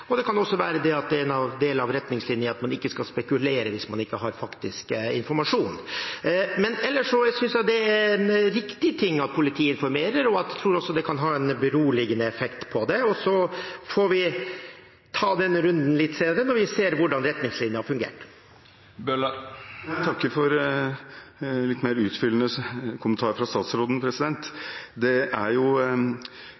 og det kan også være en del av retningslinjene at man ikke skal spekulere hvis man ikke har faktisk informasjon. Men ellers synes jeg det er riktig at politiet informerer, og jeg tror også det kan ha en beroligende effekt. Så får vi ta denne runden litt senere når vi ser hvordan retningslinjene har fungert. Jeg takker for mer utfyllende kommentarer fra statsråden.